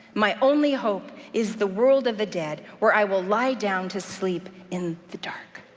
my only hope is the world of the dead, where i will lie down to sleep in the dark.